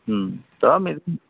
ᱛᱳ ᱢᱤᱫ